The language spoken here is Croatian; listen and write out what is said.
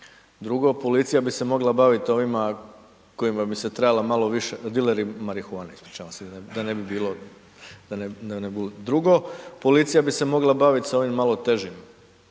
Drugo, policija bi se mogla baviti ovima kojima